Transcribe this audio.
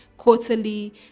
quarterly